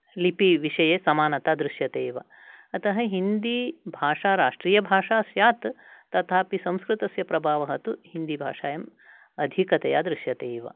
लिपिविषये समानता दृश्यते एव अतः हिन्दीभाषा राष्ट्रीयभाषा स्यात् तथापि संस्कृतस्य प्रभावः तु हिन्दीभाषायाम् अधिकतया दृश्यते एव